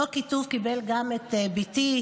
אותו כיתוב קיבל גם את בתי,